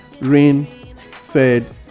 rain-fed